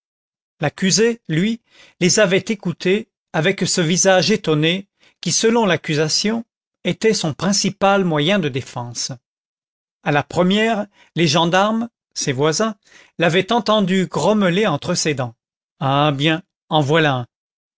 l'accusé lui les avait écoutées avec ce visage étonné qui selon l'accusation était son principal moyen de défense à la première les gendarmes ses voisins l'avaient entendu grommeler entre ses dents ah bien en voilà